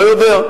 אני לא יודע.